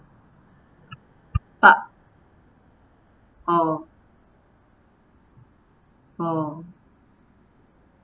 but oh oh